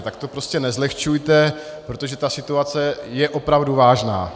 Tak to prostě nezlehčujte, protože situace je opravdu vážná.